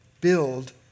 build